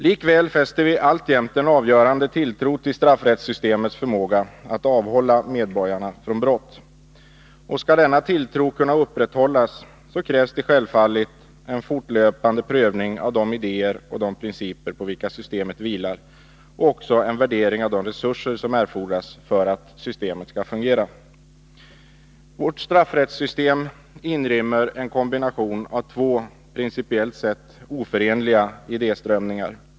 Likväl sätter vi alltjämt avgörande tilltro till straffrättssystemets förmåga att avhålla medborgarna från brott. Skall denna tilltro kunna upprätthållas, krävs det självfallet en fortlöpande prövning av de idéer och de principer på vilka systemet vilar och också en värdering av de resurser som erfordras för att systemet skall fungera. Vårt straffrättssystem inrymmer en kombination av två principiellt sett oförenliga idéströmningar.